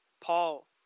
Paul